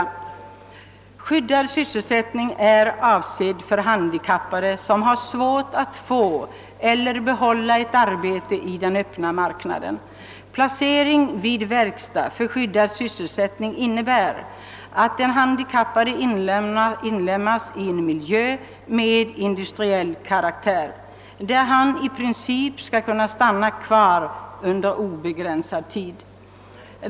Det står bl.a. att »skyddad sysselsättning är avsedd för handikappade som har svårt att få eller behålla ett arbete i öppna marknaden. Placering vid verkstad för skyddad sysselsättning innebär att den handikappade inlemmas i en miljö med industriell karaktär, där han i princip skall kunna stanna kvar under obegränsad tid.